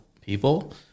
people